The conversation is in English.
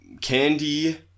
candy